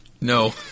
no